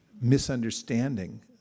misunderstanding